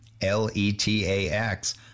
L-E-T-A-X